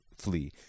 flee